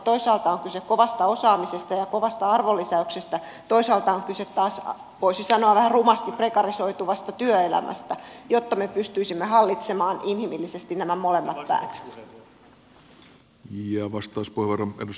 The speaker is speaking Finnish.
toisaalta on kyse kovasta osaamisesta ja kovasta arvonlisäyksestä toisaalta on kyse taas voisi sanoa vähän rumasti prekarisoituvasta työelämästä jotta me pystyisimme hallitsemaan inhimillisesti nämä molemmat päät